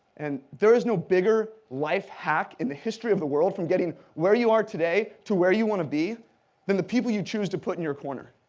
and there is no bigger lifehack in the history of the world from getting where you are today to where you want to be than the people you choose to put in your corner.